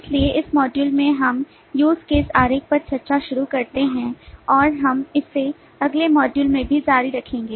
इसलिए इस मॉड्यूल में हम use case आरेख पर चर्चा शुरू करते हैं और हम इसे अगले मॉड्यूल में भी जारी रखेंगे